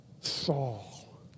Saul